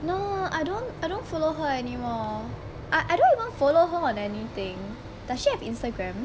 no I don't I don't follow her anymore I don't even follow her on anything does she have instagram